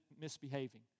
misbehaving